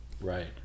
right